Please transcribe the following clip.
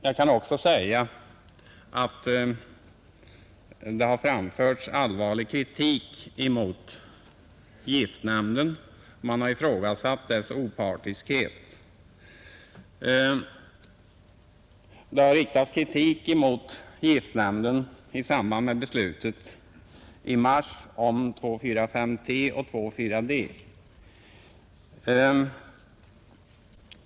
Jag vill också säga att det har framförts allvarlig kritik emot giftnämnden och att man har ifrågasatt dess opartiskhet. Kritik har riktats mot giftnämnden i samband med beslutet i mars om 2,4, 5-T och 2,4-D.